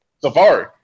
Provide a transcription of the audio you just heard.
Safari